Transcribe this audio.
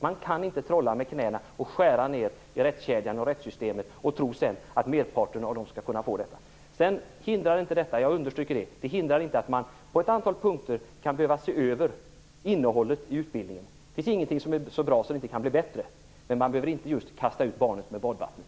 Man kan inte trolla med knäna och skära ned i rättskedjan och rättssystemet och samtidigt tro att merparten skall kunna få del av detta. Men detta hindrar inte att man på vissa punkter kan behöva se över innehållet i utbildningen. Det finns ingenting som är så bra att det inte kan bli bättre. Men man behöver inte kasta ut barnet med badvattnet.